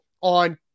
on